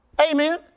Amen